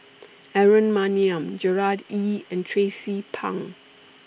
Aaron Maniam Gerard Ee and Tracie Pang